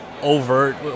overt